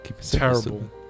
Terrible